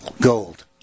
gold